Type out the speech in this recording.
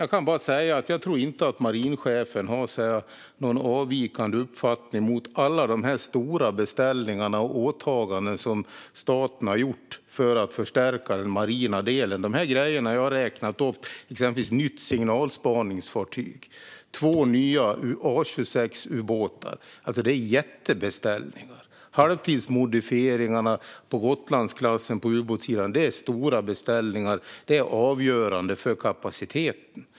Jag kan bara säga att jag inte tror att marinchefen har någon avvikande uppfattning när det gäller alla de stora beställningar och åtaganden som staten har gjort för att förstärka den marina delen. De grejer jag har räknat upp - exempelvis ett nytt signalspaningsfartyg och två nya A26-ubåtar - är jättebeställningar. Halvtidsmodifieringarna på ubåtar av Gotlandklassen är stora beställningar. De är avgörande för kapaciteten.